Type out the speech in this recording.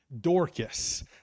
Dorcas